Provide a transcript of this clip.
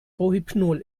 rohypnol